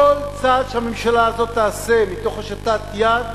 כל צעד שהממשלה הזאת תעשה מתוך הושטת יד,